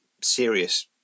serious